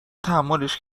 تحملش